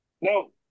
No